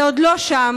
זה עוד לא שם.